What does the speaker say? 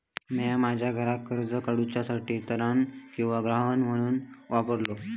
म्या माझा घर कर्ज काडुच्या साठी तारण किंवा गहाण म्हणून वापरलो आसा